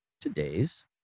today's